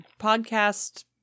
podcast